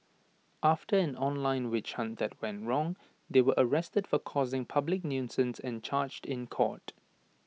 after an online witch hunt that went wrong they were arrested for causing public nuisance and charged in court